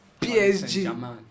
PSG